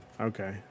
Okay